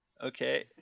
Okay